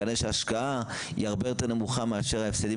כנראה שההשקעה היא הרבה יותר נמוכה מההפסדים